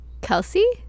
Kelsey